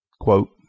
Quote